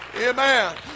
Amen